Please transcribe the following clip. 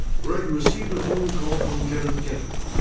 greg received a phone call from kenneth ginter.